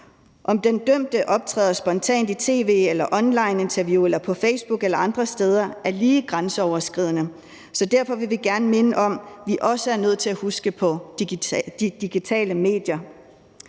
Om den dømte optræder spontant i tv- eller onlineinterview eller på Facebook eller andre steder, er lige grænseoverskridende, så derfor vil vi gerne minde om, at vi også er nødt til at huske på de digitale medier.